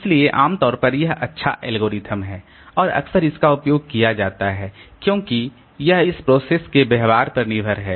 इसलिए आम तौर पर यह एक अच्छा एल्गोरिथ्म है और अक्सर इसका उपयोग किया जाता है क्योंकि यह इस प्रोसेस के व्यवहार पर निर्भर है